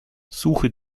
suche